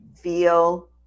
feel